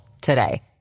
today